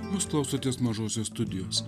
jūs klausotės mažosios studijos